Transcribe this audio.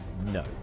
no